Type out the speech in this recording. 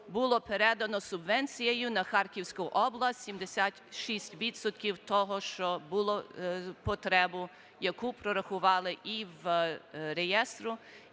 було передано субвенцією на Харківську область 76 відсотків того, що було потребу, яку прорахували і в реєстрі,